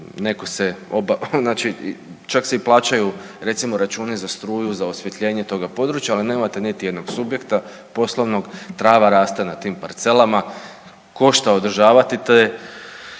čak se i plaćaju recimo računi za struju, za osvjetljenje toga područja, ali nemate niti jednog subjekta poslovnog, trava raste na tim parcelama, košta održavati te